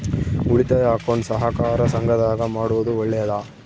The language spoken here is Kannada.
ಉಳಿತಾಯ ಅಕೌಂಟ್ ಸಹಕಾರ ಸಂಘದಾಗ ಮಾಡೋದು ಒಳ್ಳೇದಾ?